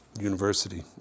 university